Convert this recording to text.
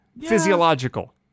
Physiological